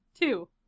Two